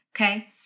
okay